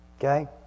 Okay